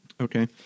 Okay